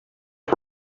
you